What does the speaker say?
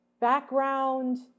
background